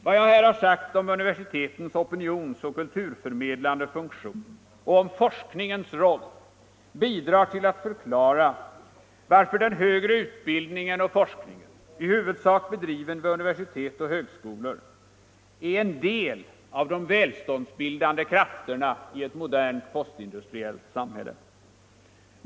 Vad jag här har sagt om universitetens opinionsoch kulturförmedlande funktion och om forskningens roll bidrar till att förklara varför den högre utbildningen och forskningen, i huvudsak bedriven vid universitet och högskolor, är en del av de välståndsbildande krafterna i ett modernt postindustriellt samhälle.